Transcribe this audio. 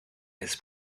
his